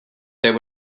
there